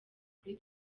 kuri